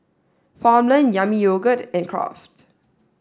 Farmland Yami Yogurt and Kraft